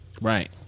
right